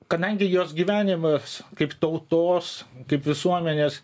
kadangi jos gyvenimas kaip tautos kaip visuomenės